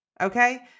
Okay